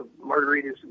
Margarita's